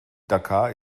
dakar